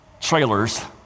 trailers